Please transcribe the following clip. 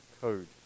code